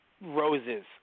roses